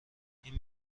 این